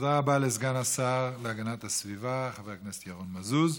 תודה רבה לסגן השר להגנת הסביבה חבר הכנסת ירון מזוז.